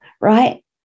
right